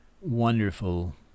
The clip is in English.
wonderful